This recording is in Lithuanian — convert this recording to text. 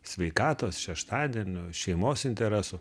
sveikatos šeštadienių šeimos interesų